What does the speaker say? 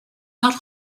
not